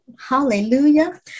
Hallelujah